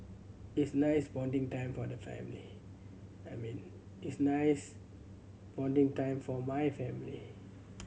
is nice bonding time for the family I mean is nice bonding time for my family